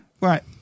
right